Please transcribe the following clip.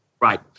right